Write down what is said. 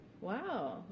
wow